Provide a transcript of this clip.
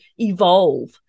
evolve